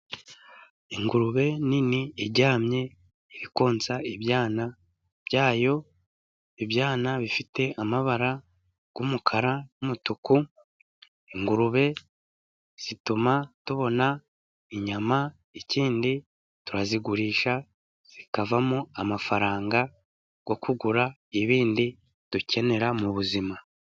Ingurube nini iryamye iri konsa ibyana bya yo, ibyana bifite amabara y'umukara n'umutuku, ingurube zituma tubona inyama, ikindi turazigurisha zikavamo amafaranga yo kugura ibindi dukenera mu buzima.